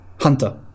Hunter